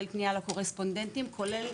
כולל